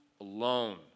alone